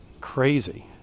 crazy